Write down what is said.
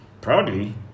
proudly